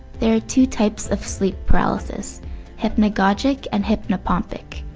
there are two types of sleep paralysis hypnagogic and hypnopompic.